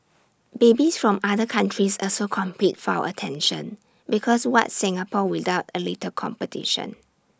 babies from other countries also compete for our attention because what's Singapore without A little competition